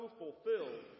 fulfilled